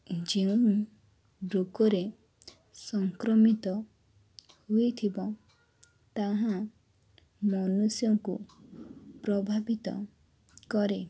ଯେଉଁ ରୋଗରେ ସଂକ୍ରମିତ ହୋଇଥିବ ତାହା ମନୁଷ୍ୟଙ୍କୁ ପ୍ରଭାବିତ କରେ